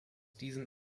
diesen